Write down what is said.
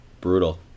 brutal